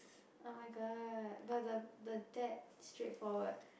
oh-my-god but the the dad straightforward